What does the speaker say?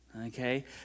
okay